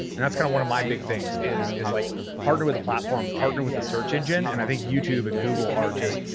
and that's kind of one of my big things is is like partner with a platform, partner with a search engine, and i think youtube and google are just,